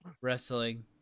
wrestling